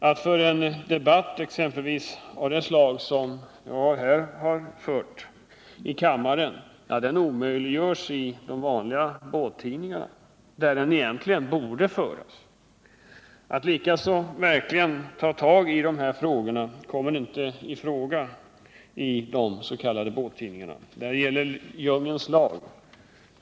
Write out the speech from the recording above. Att föra en debatt exempelvis av det slag som jag här har fört i kammaren är omöjligt i de vanliga båttidningarna, där den borde föras. Att ta tag i dessa frågor kommer likaså inte i fråga i de s.k. båttidningarna. Där gäller djungelns lag.